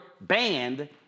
banned